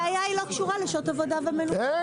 אין